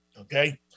Okay